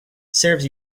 serves